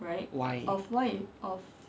y